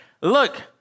look